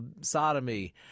Sodomy